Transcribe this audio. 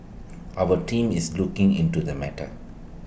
our team is looking into the matter